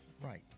Right